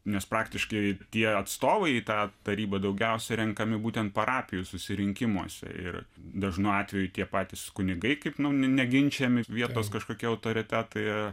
nes praktiškai tie atstovai į tą tarybą daugiausiai renkami būtent parapijų susirinkimuose ir dažnu atveju tie patys kunigai kaip neginčijami vietos kažkokie autoritetai